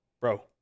bro